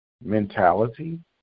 mentality